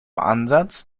ansatz